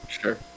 Sure